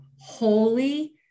holy